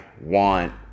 want